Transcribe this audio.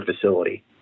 facility